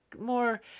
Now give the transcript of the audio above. more